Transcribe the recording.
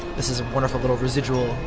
this is a wonderful little residual